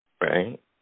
right